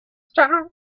strong